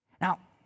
Now